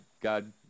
God